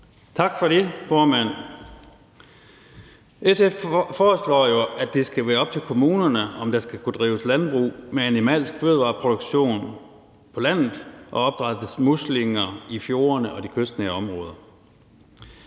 Tak for det, formand. SF foreslår, at det skal være op til kommunerne, om der skal kunne drives landbrug med animalsk fødevareproduktion på landet og opdrættes muslinger i fjordene og de kystnære områder.